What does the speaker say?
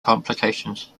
complications